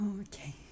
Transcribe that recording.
Okay